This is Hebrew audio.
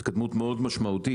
התקדמות מאוד משמעותית,